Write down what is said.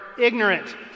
ignorant